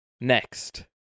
Next